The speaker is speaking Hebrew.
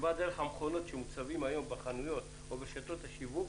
בין מה שבא דרך המכונות שמוצבות היום בחנויות או ברשתות השיווק